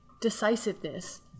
decisiveness